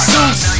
Zeus